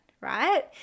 right